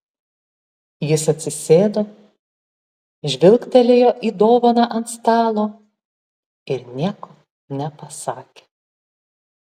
jis atsisėdo žvilgtelėjo į dovaną ant stalo ir nieko nepasakė